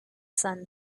sun